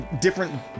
different